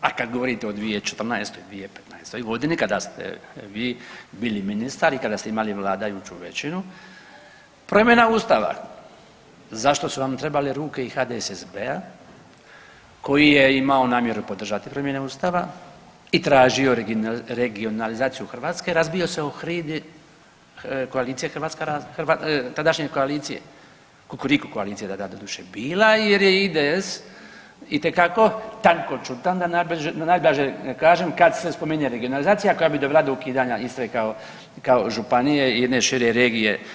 A kad govorite o 2014., 2015. godini kada ste vi bili ministar i kada ste imali vladajuću većinu promjena Ustava za što su vam trebale ruke i HDSSB-a koji je imao namjeru podržati promjene Ustava i tražio regionalizaciju Hrvatske razbio se o hridi koalicije Hrvatska …/nerazumljivo/… tadašnje koalicije, Kukuriku koalicija je tada doduše bila jer je IDS itekako tankoćutan da najblaže kažem kad se spominje regionalizacija koja bi dovela do ukidanja Istre kao županije i ne šire regije.